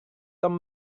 tom